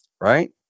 right